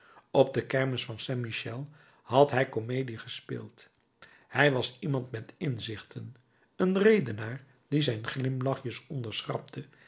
op de kermis van saint michel had hij comedie gespeeld hij was iemand met inzichten een redenaar die zijn glimlachjes onderschrapte